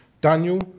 daniel